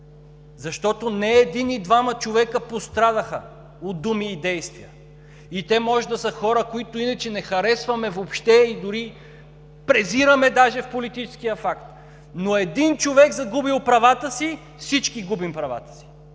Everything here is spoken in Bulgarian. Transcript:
защото не един и двама човека пострадаха от думи и действия и те може да са хора, които иначе не харесваме въобще и дори презираме в политическия факт, но един човек, загубил правата си – всички губим правата си.